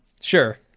sure